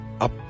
up